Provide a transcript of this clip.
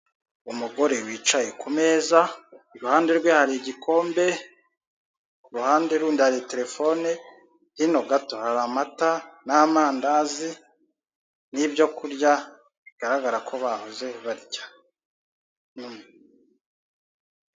Umugore wicaye ku meza, iruhande rwe hari igikombe, ku ruhande rundi hari telefone; hino gato hari amata n'amandazi n'ibyo kurya. Bigaragara ko bahoze barya.